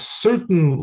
certain